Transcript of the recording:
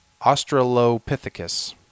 australopithecus